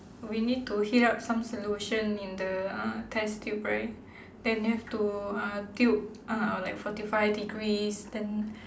we need to heat up some solution in the uh test tube right then have to uh tilt uh like forty five degrees then